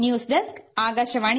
news desk Akashvani